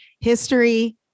history